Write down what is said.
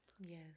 Yes